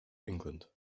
england